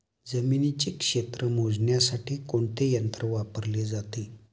जमिनीचे क्षेत्र मोजण्यासाठी कोणते यंत्र वापरले जाते?